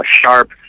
sharp